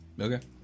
Okay